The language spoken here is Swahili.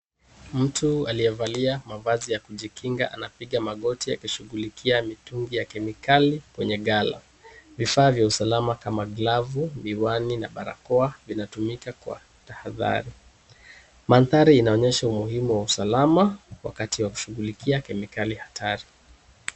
Mtu aliyevalia mavazi ya kujikinga anapiga magoti akishugulikia mitungi ya kemikali kwenye ghala. Vifaa vya usalama kama glavu, miwani na barakoa vinatumika kwa tahadhari. Maandhari inaonyesha umuhimu wa usalama wakati wa kushughulikia kemikali hatari.